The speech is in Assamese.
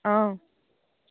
অঁ